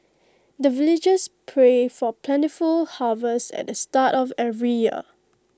the villagers pray for plentiful harvest at the start of every year